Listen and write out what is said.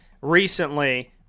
recently